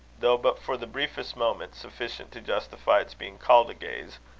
though but for the briefest moment sufficient to justify its being called a gaze,